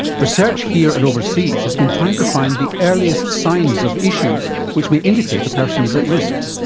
research here and overseas has been trying to find the earliest signs of issues which may indicate a person is at risk.